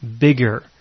bigger